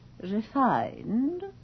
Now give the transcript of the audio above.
Refined